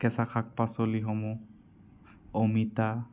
কেঁচা শাক পাচলিসমূহ অমিতা